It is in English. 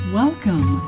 welcome